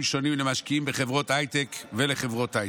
שונים למשקיעים בחברות הייטק ולחברות הייטק.